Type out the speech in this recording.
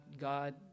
God